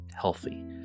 healthy